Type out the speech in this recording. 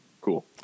Cool